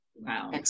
Wow